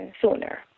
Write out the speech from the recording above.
sooner